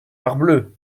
parbleu